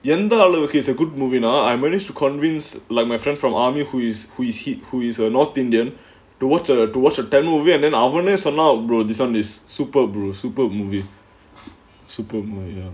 எந்த அளவுக்கு:entha alavukku is a good movie now I managed to convince like my friend from army who is who is hit who is a north indian the water to wash or tamil and then அவனே சொன்னா:avanae sonnaa brother this [one] is super brother superb movie superb you know